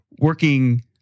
working